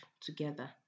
together